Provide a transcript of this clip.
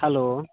hello